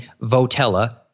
Votella